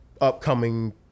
upcoming